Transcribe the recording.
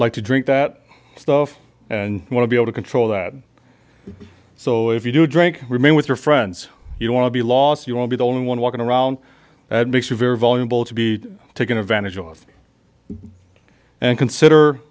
like to drink that stuff and want to be able to control that so if you do drink remain with your friends you want to be loss you won't be the only one walking around that makes you very vulnerable to be taken advantage of and consider